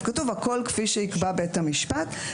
וכתוב: הכול כפי שיקבע בית המשפט,